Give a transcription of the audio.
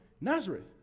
Nazareth